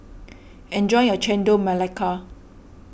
enjoy your Chendol Melaka